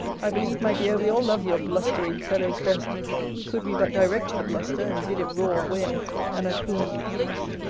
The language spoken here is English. i believe, my dear, we all love your blustering fellows best could we but direct the bluster, and bid it roar when and at whom we pleased.